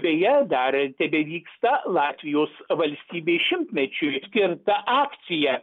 beje dar tebevyksta latvijos valstybės šimtmečiui skirta akcija